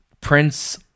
prince